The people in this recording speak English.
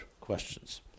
questions